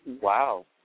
Wow